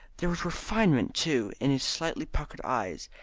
there was refinement too in his slightly puckered eyes,